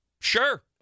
sure